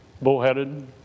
bullheaded